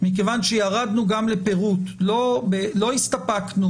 מכיוון שירדנו גם לפירוט לא הסתפקנו